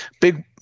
big